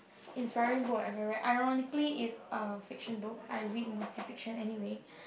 inspiring book I ever read ironically is uh fiction book I read mostly fiction anyway